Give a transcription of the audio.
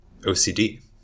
OCD